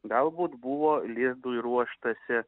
galbūt buvo lizdui ruoštasi